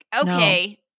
okay